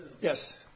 Yes